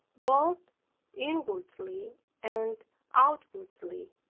both inwardly and outwardly.